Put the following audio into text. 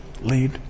Lead